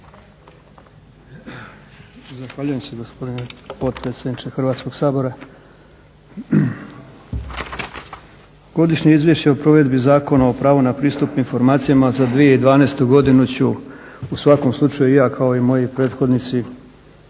Zahvaljujem se gospodine potpredsjedniče Hrvatskog sabora. Godišnje izvješće o provedbi Zakona o pravu na pristup informacijama za 2012. godinu ću u svakom slučaju i ja kao i moji prethodnici